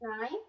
nine